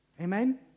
Amen